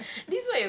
how will you be like